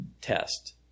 test